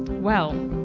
well.